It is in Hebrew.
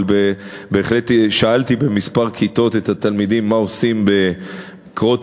אבל בהחלט שאלתי בכמה כיתות את התלמידים מה עושים בִּקְרוֹת